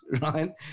right